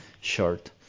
short